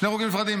שני חוקים נפרדים.